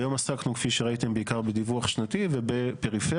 היום עסקנו כפי שראיתם בעיקר בדיווח שנתי ובפריפריה.